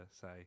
say